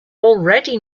already